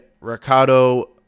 ricardo